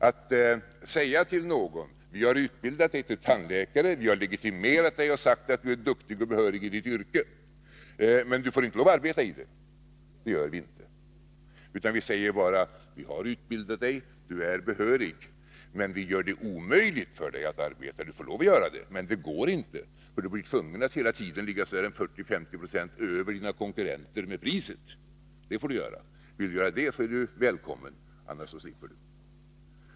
Att säga till någon: Vi har utbildat dig till tandläkare, vi har legitimerat dig och sagt att du är duktig och behörig i ditt yrke, men du får inte lov att arbeta i ditt yrke — det gör vi inte. Vi säger i stället: Vi har utbildat dig, du är behörig, men vi gör det omöjligt för dig att arbeta. Du får lov att göra det, men det går inte därför att du då är tvungen att hela tiden ligga ca 40-50 26 över dina konkurrenter i fråga om priset. Det får du göra. Om du vill göra det är du välkommen, annars slipper du.